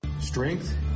Strength